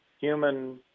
human